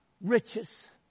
riches